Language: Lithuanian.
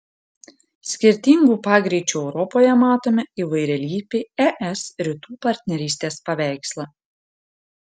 skirtingų pagreičių europoje matome įvairialypį es rytų partnerystės paveikslą